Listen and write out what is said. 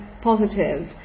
positive